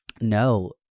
no